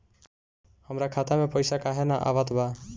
हमरा खाता में पइसा काहे ना आवत बा?